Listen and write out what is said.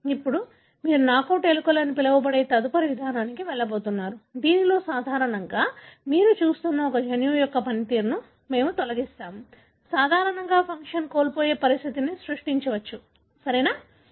ఇప్పుడు మీరు నాకౌట్ ఎలుకలు అని పిలవబడే తదుపరి విధానానికి వెళ్లబోతున్నారు దీనిలో సాధారణంగా మీరు చూస్తున్న ఒక జన్యువు యొక్క పనితీరును మేము తొలగిస్తాము సాధారణంగా ఫంక్షన్ కోల్పోయే పరిస్థితిని సృష్టించవచ్చు సరియైనదా